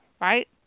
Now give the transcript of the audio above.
Right